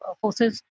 forces